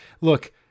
look